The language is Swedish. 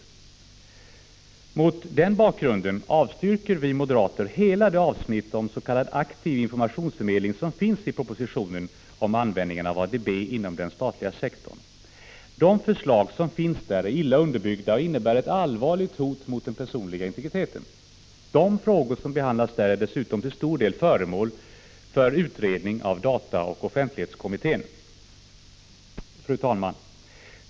17 december 1985 Mot den bakgrunden avstyrker vi moderater hela det avsnitt oms.k. aktiv ZI NS informationsförmedling som finns i propositionen om användningen av ADB inom den statliga sektorn. De förslag som finns där är illa underbyggda och innebär ett allvarligt hot mot den personliga integriteten. De frågor som behandlas där är dessutom till stor del föremål för utredning av dataoch offentlighetskommittén. Fru talman!